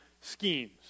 schemes